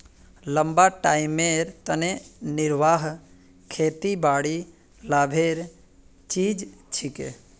लंबा टाइमेर तने निर्वाह खेतीबाड़ी लाभेर चीज छिके